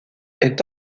est